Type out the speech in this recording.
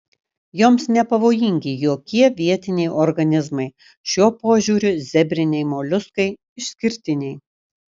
joms nepavojingi jokie vietiniai organizmai šiuo požiūriu zebriniai moliuskai išskirtiniai